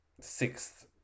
sixth